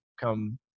come